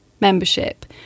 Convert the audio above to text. membership